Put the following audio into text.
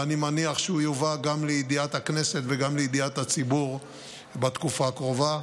ואני מניח שהוא יובא גם לידיעת הכנסת וגם לידיעת הציבור בתקופה הקרובה.